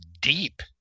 deep